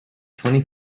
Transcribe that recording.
twenty